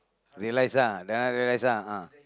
realise ah then after that realise ah